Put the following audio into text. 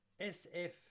SF